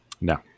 no